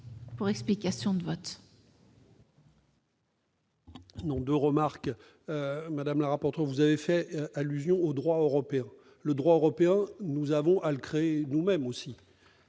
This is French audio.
pour explication de vote.